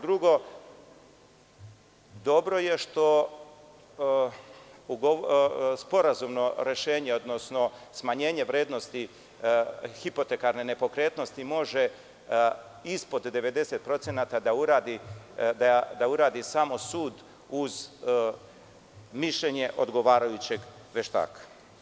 Drugo, dobro je što sporazumno rešenje, odnosno smanjenje vrednosti hipotekarne nepokretnosti može ispod 90% da uradi samo sud uz mišljenje odgovarajućeg veštaka.